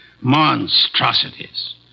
Monstrosities